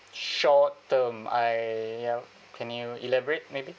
short term I yup can you elaborate maybe